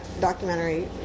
documentary